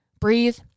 breathe